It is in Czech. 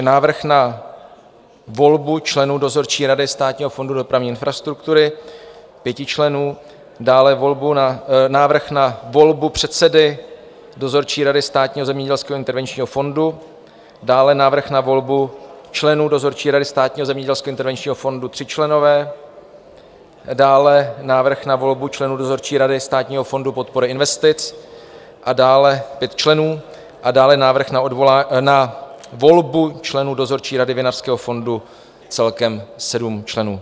Návrh na volbu členů dozorčí rady Státního fondu dopravní infrastruktury, pěti členů, dále návrh na volbu předsedy dozorčí rady Státního zemědělského intervenčního fondu, dále návrh na volbu členů dozorčí rady Státního zemědělského intervenčního fondu, tři členové, dále návrh na volbu členů dozorčí rady Státního fondu podpory investic, pět členů, a dále návrh na volbu členů dozorčí rady Vinařského fondu, celkem sedm členů.